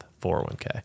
401k